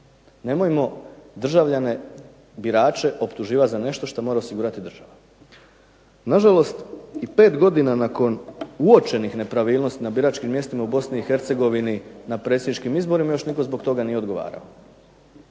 Nemojmo državljane, birače, optuživati za nešto što mora osigurati država. Nažalost, i 5 godina nakon uočenih nepravilnosti na biračkim mjestima u BiH na predsjedničkim izborima još nitko zbog toga nije odgovarao.